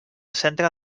centre